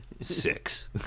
six